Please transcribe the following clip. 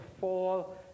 fall